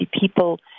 people